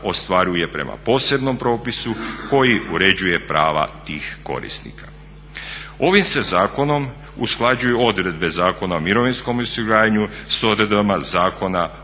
ostvaruje prema posebnom propisu koji uređuje prava tih korisnika. Ovim se zakonom usklađuju odredbe Zakona o mirovinskom osiguranju s odredbama Zakona